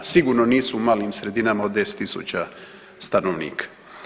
Sigurno nisu u malim sredinama od 10 000 stanovnika.